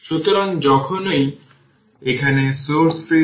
সুতরাং এটি এনার্জিতে v0R e হবে tτ এটি কারেন্ট iR